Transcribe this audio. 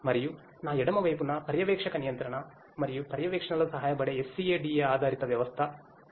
మరియు నా ఎడమ వైపున పర్యవేక్షక నియంత్రణ మరియు పర్యవేక్షణలో సహాయపడే SCADA ఆధారిత వ్యవస్థ ఉంది